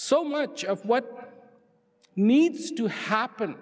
so much of what needs to happen